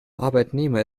arbeitnehmer